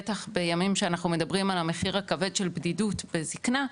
בטח בימים שאנחנו מדברים על המחיר הכבד של בדידות וזקנה,